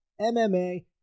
MMA